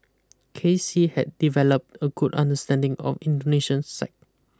K C had developed a good understanding of Indonesian psyche